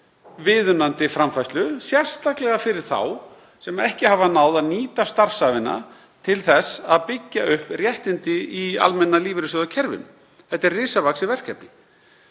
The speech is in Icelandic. viðunandi framfærslu, sérstaklega fyrir þá sem ekki hafa náð að nýta starfsævina til þess að byggja upp réttindi í almenna lífeyrissjóðakerfinu. Þetta er risavaxið verkefni.